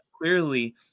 clearly